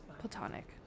Platonic